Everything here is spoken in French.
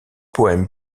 poèmes